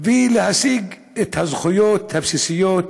ולהשיג את הזכויות הבסיסיות